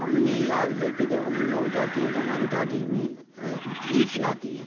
ہم میں یاد ہے کہ جب ہم گاؤں جاتے ہیں تو ہماری دادی ہمیں گھی کھلاتی ہیں